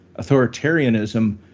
authoritarianism